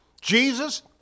Jesus